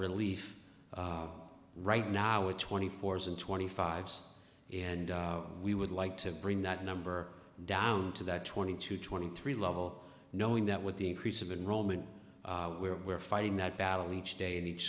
relief right now is twenty four's and twenty five's and we would like to bring that number down to that twenty two twenty three level knowing that with the increase in roman we're we're fighting that battle each day and